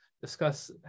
discuss